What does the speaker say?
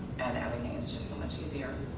and everything is just so much easier.